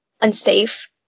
unsafe